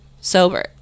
sober